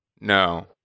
No